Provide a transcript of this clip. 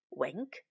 wink